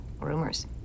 Rumors